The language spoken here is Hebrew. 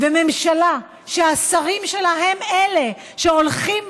וממשלה שהשרים שלה הם אלה שהולכים